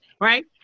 right